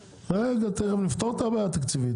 ----- רגע, תכף נפתור את הבעיה התקציבית.